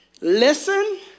Listen